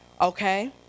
okay